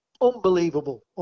Unbelievable